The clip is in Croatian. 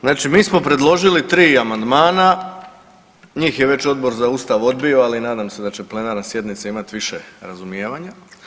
Znači mi smo predložili tri amandmana, njih je već Odbor za Ustav odbio, ali nadam se da će plenarna sjednica imat više razumijevanja.